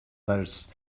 search